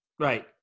Right